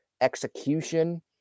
execution